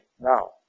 now